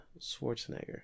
Schwarzenegger